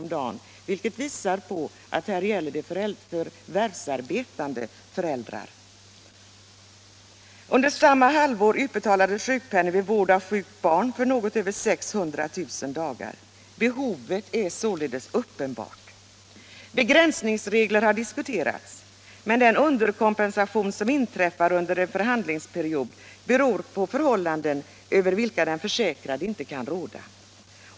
om dagen, vilket visar att det gäller förvärvsarbetande föräldrar. Under samma halvår utbetalades sjukpenning för vård av sjukt barn för något över 600 000 dagar. Behovet är således uppenbart. Begränsningsregler har diskuterats. Men den underkompensation som inträffar under en förhandlingsperiod beror på förhållanden över vilka den försäkrade inte kan råda.